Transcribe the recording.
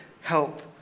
help